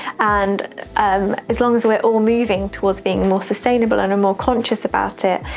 and um as long as we're all moving towards being more sustainable and more conscious about it,